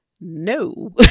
no